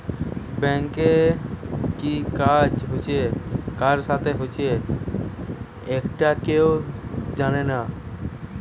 ব্যাংকে কি কাজ হচ্ছে কার সাথে হচ্চে একটা কেউ জানে না